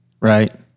right